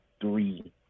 three